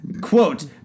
Quote